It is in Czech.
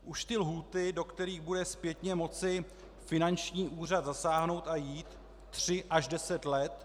Už ty lhůty, do kterých bude zpětně moci finanční úřad zasáhnout a jít tři až deset let.